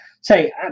Say